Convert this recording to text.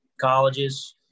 colleges